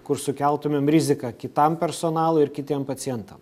kur sukeltumėm riziką kitam personalui ir kitiem pacientam